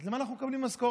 אז למה אנחנו מקבלים משכורת?